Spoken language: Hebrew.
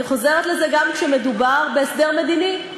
אני חוזרת לזה גם כשמדובר בהסדר מדיני.